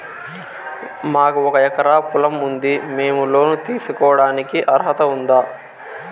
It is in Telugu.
మాకు ఒక ఎకరా పొలం ఉంది మేము లోను తీసుకోడానికి అర్హత ఉందా